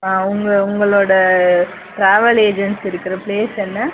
ஆ உங்கள் உங்களோடய travel agency இருக்கிற ப்ளேஸ் என்ன